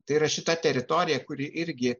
tai yra šita teritorija kuri irgi